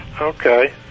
Okay